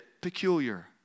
peculiar